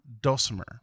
dulcimer